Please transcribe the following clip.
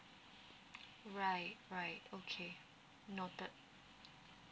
right right okay noted